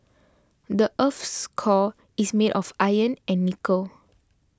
the earth's core is made of iron and nickel